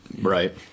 Right